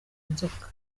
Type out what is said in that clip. inzoka